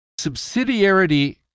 subsidiarity